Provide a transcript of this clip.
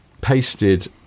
pasted